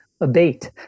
abate